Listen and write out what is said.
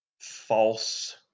false